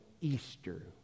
Easter